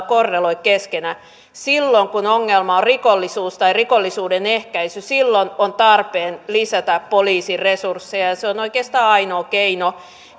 korreloi keskenään silloin kun ongelma on rikollisuus tai rikollisuuden ehkäisy on tarpeen lisätä poliisiresursseja ja se on oikeastaan ainoa keino